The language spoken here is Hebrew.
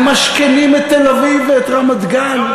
ממשכנים את תל-אביב ואת רמת-גן,